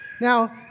Now